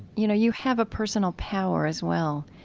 you know, you have a personal power as well.